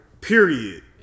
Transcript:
Period